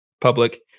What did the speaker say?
public